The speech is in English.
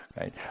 right